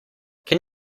can